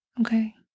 Okay